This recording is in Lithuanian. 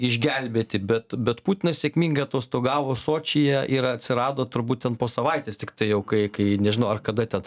išgelbėti bet bet putinas sėkmingai atostogavo sočyje ir atsirado turbūt ten po savaitės tiktai jau kai nežinau ar kada ten